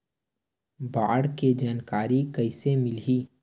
बाढ़ के जानकारी कइसे मिलही?